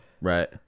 Right